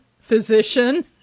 physician